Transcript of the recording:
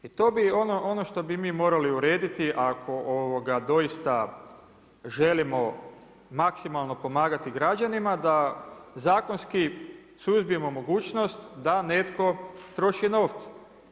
I to bi ono što bi mi morali urediti ako doista želimo maksimalno pomagati građanima, da zakonski suzbijemo mogućnost da netko troši novce.